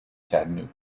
chattanooga